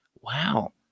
Wow